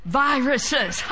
viruses